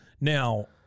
Now